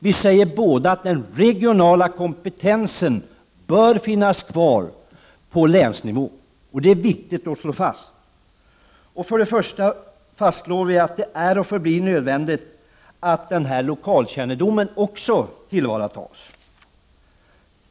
Vi säger båda att den regionala kompetensen bör finnas kvar på länsnivå. Det är viktigt att slå fast detta. Dessutom fastslår vi att det är och förblir nödvändigt att lokalkännedom tillvaratas.